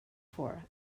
for